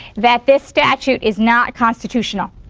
that this statute is not constitutional?